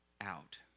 out